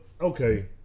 okay